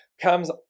comes